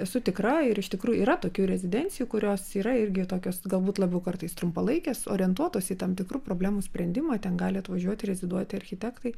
esu tikra ir iš tikrųjų yra tokių rezidencijų kurios yra irgi tokios galbūt labiau kartais trumpalaikės orientuotos į tam tikrų problemų sprendimą ten gali atvažiuoti reziduoti architektai